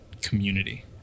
community